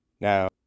Now